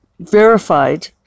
verified